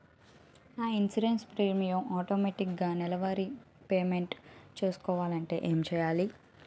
నా insurance premium automatic నెలవారి payment చేసుకోవాలంటే ఏంటి చేయాలి?